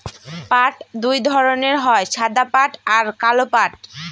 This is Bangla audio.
পাট দুই ধরনের হয় সাদা পাট আর কালো পাট